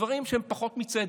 דברים שהם פחות מצדק.